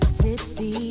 tipsy